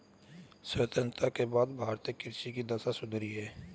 स्वतंत्रता के बाद भारतीय कृषि की दशा सुधरी है